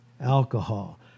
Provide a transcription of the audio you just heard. alcohol